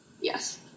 yes